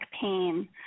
pain